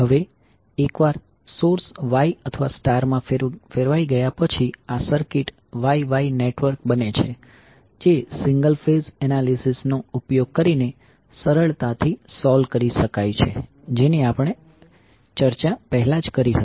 હવે એકવાર source Y અથવા સ્ટાર માં ફેરવાઈ ગયા પછી આ સર્કિટ Y Y નેટવર્ક બને છે જે સિંગલ ફેઝ એનાલીસીસ નો ઉપયોગ કરીને સરળતાથી સોલ્વ કરી શકાય છે જેની ચર્ચા આપણે પહેલા કરી હતી